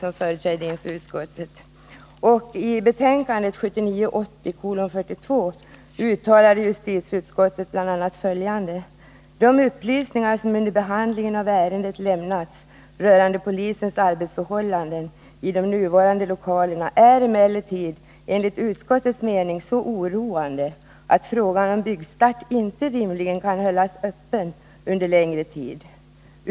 I betänkandet 1979/80:42 uttalade utskottet bl.a. följande: ”De upplysningar som under behandlingen av ärendet lämnats rörande polisens arbetsförhållanden i de nuvarande lokalerna ——-— är emellertid enligt utskottets mening så oroande att frågan om byggstart inte rimligen kan hållas öppen under längre framtid.